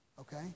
Okay